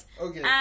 Okay